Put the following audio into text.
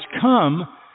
come